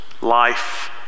life